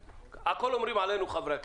הכול אומרים עלינו חברי הכנסת.